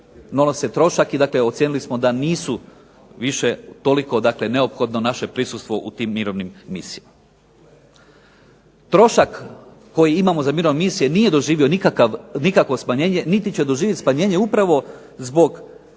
nam nose trošak i ocijenili smo da nisu više toliko neophodno naše prisustvo u tim mirovnim misijama. Trošak koji imamo za mirovne misije nije doživio nikakvo smanjenje niti će doživjeti smanjenje upravo zbog